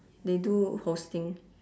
they do hosting